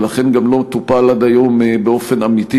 ולכן זה גם לא טופל עד היום באופן אמיתי,